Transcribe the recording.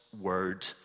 word